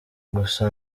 gusa